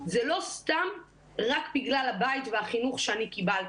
זה לא סתם רק בגלל הבית והחינוך שאני קיבלתי,